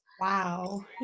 Wow